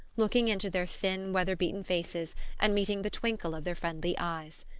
looking into their thin weather-beaten faces and meeting the twinkle of their friendly eyes.